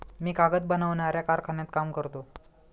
मी कागद बनवणाऱ्या कारखान्यात काम करतो